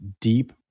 deep